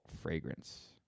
fragrance